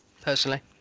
personally